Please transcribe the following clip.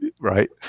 Right